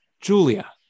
Julia